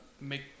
make